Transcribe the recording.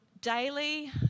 daily